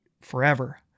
forever